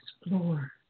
explore